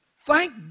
Thank